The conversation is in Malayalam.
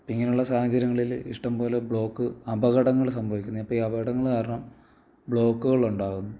അപ്പം ഇങ്ങനെയുള്ള സാഹചര്യങ്ങളിൽ ഇഷ്ടംപോലെ ബ്ലോക്ക് അപകടങ്ങൾ സംഭവിക്കുന്നു അപ്പം ഈ അപകടങ്ങൾ കാരണം ബ്ലോക്കുകൾ ഉണ്ടാകുന്നു